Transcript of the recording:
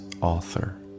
Author